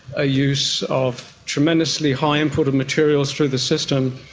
a use of tremendously high input of materials through the system,